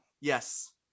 Yes